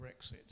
Brexit